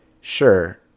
sure